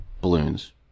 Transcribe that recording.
balloons